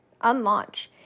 unlaunch